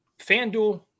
FanDuel